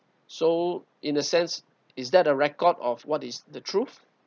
so in a sense is that a record of what is the truth